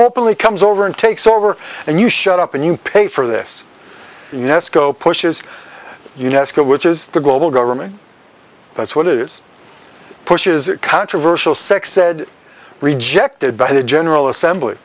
openly comes over and takes over and you shut up and you pay for this next go pushes us which is the global government that's what it is pushes it controversial sex ed rejected by the general assembly